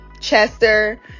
chester